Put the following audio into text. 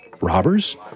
robbers